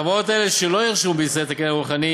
חברות שלא ירשמו בישראל את הקניין הרוחני,